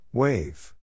Wave